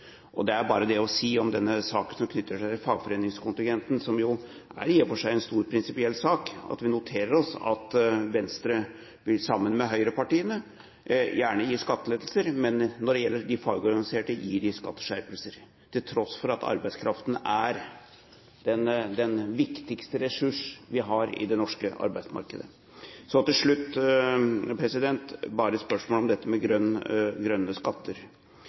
arbeidstakere. Det er bare det å si om denne saken som knytter seg til fagforeningskontingenten, som i for seg er en stor og prinsipiell sak, at vi noterer oss at Venstre vil, sammen med høyrepartiene, gjerne gi skattelettelser, men når det gjelder de fagorganiserte, gir de skatteskjerpelser, til tross for at arbeidskraften er den viktigste ressurs vi har i det norske arbeidsmarkedet. Så til slutt til grønne skatter: